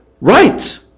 Right